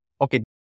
okay